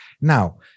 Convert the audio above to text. Now